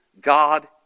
God